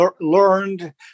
learned